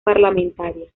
parlamentaria